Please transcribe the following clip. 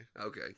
Okay